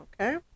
okay